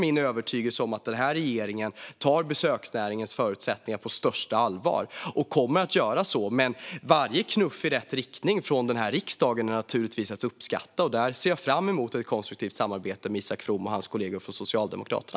Min övertygelse är att denna regering tar besöksnäringens förutsättningar på största allvar och kommer att göra så, men varje knuff i rätt riktning från den här riksdagen är naturligtvis att uppskatta. Jag ser fram emot ett konstruktivt samarbete med Isak From och hans kollegor från Socialdemokraterna.